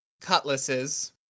cutlasses